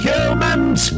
Humans